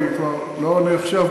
אני כבר לא עונה עכשיו,